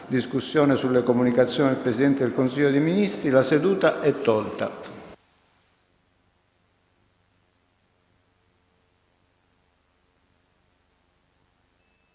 discussione sulle comunicazioni del Presidente del Consiglio dei ministri si svolgerà nella